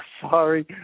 sorry